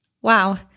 Wow